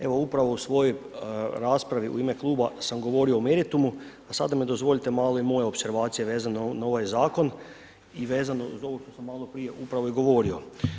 Evo, upravo u svojoj raspravi u ime kluba sam govorio o meritumu, a sada mi dozvolite malo i moje opservacije vezano na ovaj zakon i vezano uz ovo što sam maloprije upravo i govorio.